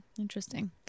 Interesting